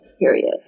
period